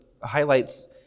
highlights